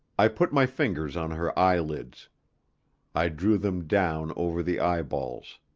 i put my fingers on her eyelids i drew them down over the eyeballs